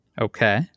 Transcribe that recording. Okay